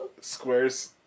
squares